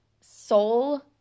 soul